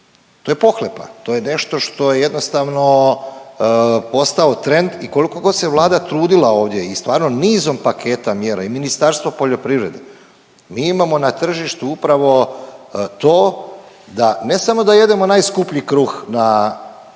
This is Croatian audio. To je pohlepa, to je nešto što jednostavno postao trend i koliko god se Vlada trudila ovdje i stvarno nizom paketa mjera i Ministarstvo poljoprivrede mi imamo na tržištu upravo to da ne samo da jedemo najskuplji kruh na prostoru